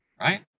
Right